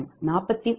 35